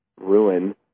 ruin